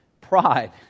pride